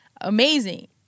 Amazing